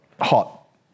hot